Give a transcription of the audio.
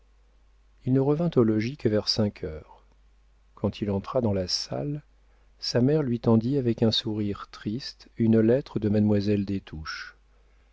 il ne revint au logis que vers cinq heures quand il entra dans la salle sa mère lui tendit avec un sourire triste une lettre de mademoiselle